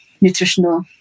nutritional